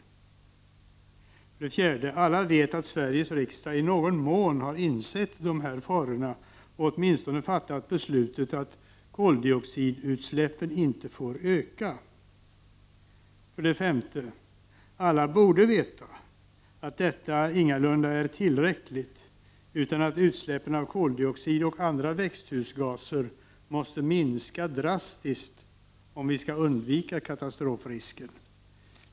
För det fjärde: Alla vet att Sveriges riksdag i någon mån insett farorna och åtminstone fattat beslutet att koldioxidutsläppen inte får öka. För det femte: Alla borde veta att detta ingalunda är tillräckligt utan att utsläppen av koldioxid och andra växthusgaser måste minska drastiskt, om vi skall undvika katastrofrisken.